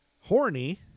Horny